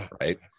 right